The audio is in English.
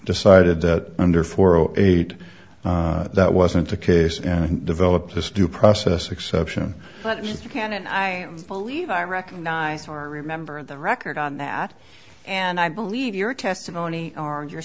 decided that under four or eight that wasn't the case and developed this due process exception but you can and i believe i recognize or remember the record on that and i believe your testimony our your